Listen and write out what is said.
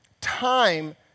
time